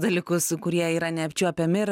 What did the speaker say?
dalykus kurie yra neapčiuopiami ir